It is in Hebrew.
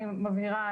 אני מבהירה,